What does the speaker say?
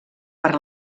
per